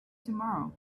tomorrow